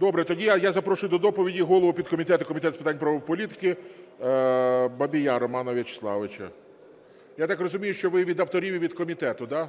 Добре, тоді я запрошую до доповіді голову голова підкомітету Комітету з питань правової політики Бабія Романа Вячеславовича. Я так розумію, що ви і від авторів, і від комітету, да?